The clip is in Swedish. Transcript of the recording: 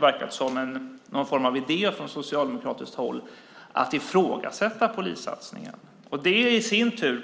verkat som någon form av idé från socialdemokratiskt håll att ifrågasätta polissatsningen, att döma av vad som står i landsortspressen i Sverige.